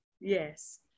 Yes